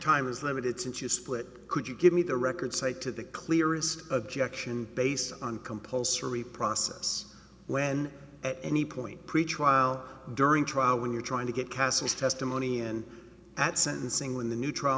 time is limited since you split could you give me the record cite to the clearest objection based on compulsory process when at any point pretrial during trial when you're trying to get cast as testimony in at sentencing when the new trial